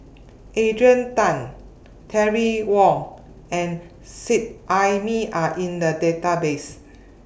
Adrian Tan Terry Wong and Seet Ai Mee Are in The Database